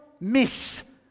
miss